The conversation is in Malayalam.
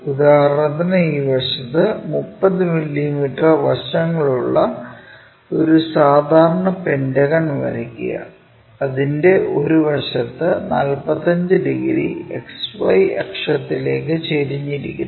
ഉദാഹരണത്തിന് ഈ വശത്ത് 30 മില്ലീമീറ്റർ വശങ്ങളുള്ള ഒരു സാധാരണ പെന്റഗൺ വരയ്ക്കുക അതിന്റെ ഒരു വശത്ത് 45 ഡിഗ്രി XY അക്ഷത്തിലേക്ക് ചരിഞ്ഞിരിക്കുന്നു